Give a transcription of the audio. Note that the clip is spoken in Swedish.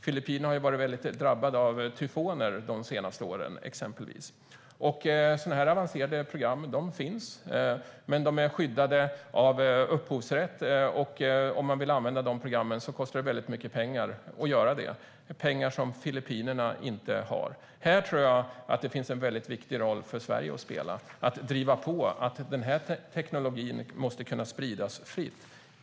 Filippinerna har exempelvis drabbats hårt av tyfoner de senaste åren. Sådana här avancerade program finns, men de är skyddade av upphovsrätt. Om man vill använda programmen kostar det väldigt mycket pengar - pengar som Filippinerna inte har. Här tror jag att det finns en väldigt viktig roll för Sverige att spela i att driva på för att den här tekniken ska kunna spridas fritt.